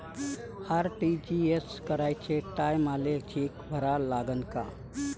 RTGS कराच्या टायमाले cheque भरा लागन का?